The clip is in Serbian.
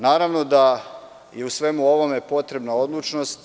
Naravno da je u svemu ovome potrebna odlučnost.